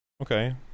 okay